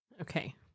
Okay